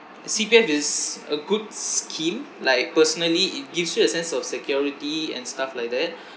C_P_F is a good scheme like personally it gives you a sense of security and stuff like that